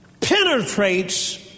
penetrates